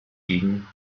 gegen